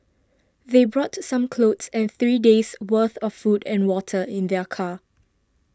they brought some clothes and three days' worth of food and water in their car